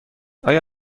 آیا